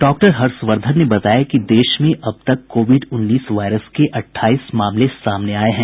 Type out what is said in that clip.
doctor Harshvardhan ने बताया कि देश में अब तक कोविड उन्नीस वायरस के अट्ठाईस मामले सामने आये हैं